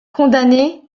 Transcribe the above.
condamné